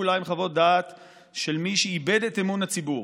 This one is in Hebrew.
פעולה עם חוות דעת של מי שאיבד את אמון הציבור,